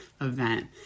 event